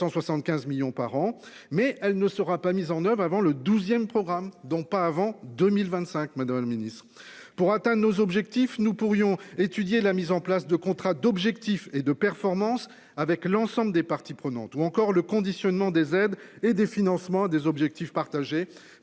475 millions par an, mais elle ne sera pas mise en oeuvre avant le 12ème programme donc pas avant 2025. Madaule le Ministre pour atteindre nos objectifs, nous pourrions étudier la mise en place de contrats d'objectifs et de performance avec l'ensemble des parties prenantes, ou encore le conditionnement des aides et des financements des objectifs partagés